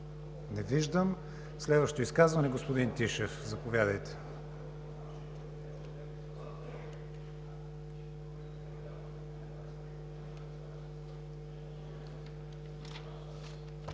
Не виждам. Следващо изказване – господин Тишев. Заповядайте.